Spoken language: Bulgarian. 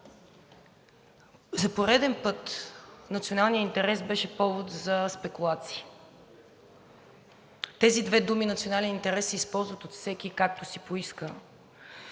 за пореден път националният интерес беше повод за спекулации. Тези две думи „национален интерес“ се използват от всеки както си поиска,